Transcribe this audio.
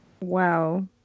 Wow